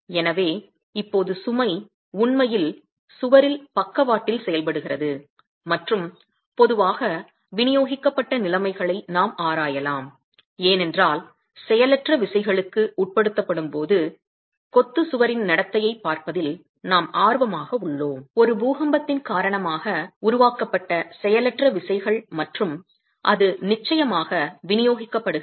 எனவே இப்போது சுமை உண்மையில் சுவரில் பக்கவாட்டில் செயல்படுகிறது மற்றும் பொதுவாக விநியோகிக்கப்பட்ட நிலைமைகளை நாம் ஆராயலாம் ஏனென்றால் செயலற்ற விசைகளுக்கு உட்படுத்தப்படும் போது கொத்து சுவரின் நடத்தையைப் பார்ப்பதில் நாம் ஆர்வமாக உள்ளோம் ஒரு பூகம்பத்தின் காரணமாக உருவாக்கப்பட்ட செயலற்ற விசைகள் மற்றும் அது நிச்சயமாக விநியோகிக்கப்படுகிறது